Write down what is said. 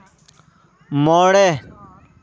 ᱢᱚᱬᱮ